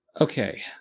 Okay